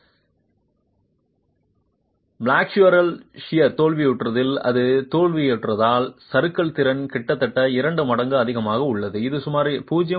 ஃப்ளெக்ஸூரில் shear தோல்வியுற்றதில் அது தோல்வியுற்றால் சறுக்கல் திறன் கிட்டத்தட்ட இரண்டு மடங்கு அதிகமாக உள்ளது இது சுமார் 0